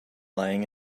lying